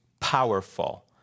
powerful